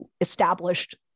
established